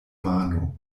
mano